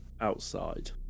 outside